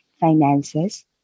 finances